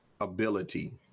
ability